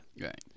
right